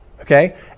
Okay